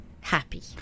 happy